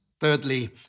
Thirdly